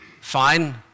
fine